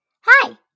Hi